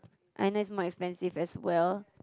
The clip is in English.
I know it's more expensive as well